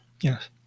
Yes